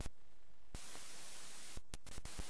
ואני מבין את זה, ועכשיו אני מנסה לטעון, אף